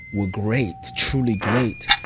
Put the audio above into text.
were great, truly great,